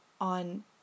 on